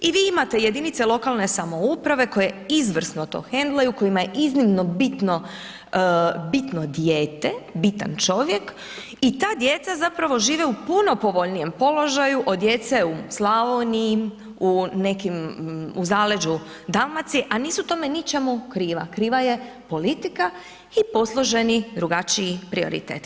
I vi imate jedinice samouprave koje izvrsno to hendlaju, kojima je iznimno bitno, bitno dijete, bitan čovjek i ta djeca zapravo žive u puno povoljnijem položaju od djece u Slavoniji, u nekim, u zaleđu Dalmacije a nisu tome ničemu kriva, kriva je politika i posloženi drugačiji prioriteti.